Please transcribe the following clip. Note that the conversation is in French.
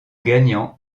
gagnant